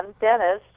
Dennis